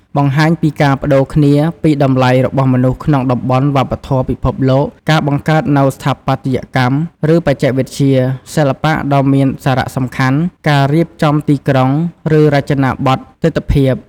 បង្ហាញពីការប្តូរគ្នាពីតម្លៃរបស់មនុស្សក្នុងតំបន់វប្បធម៌ពិភពលោក ការបង្កើតនូវស្ថាបត្យកម្ម ឬបច្ចេកវិទ្យា សិល្បៈដ៏មានសារៈសំខាន់ ការរៀបចំទីក្រុង ឬរចនាប័ទ្មទិដ្ឋភាព។